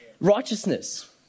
Righteousness